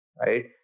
right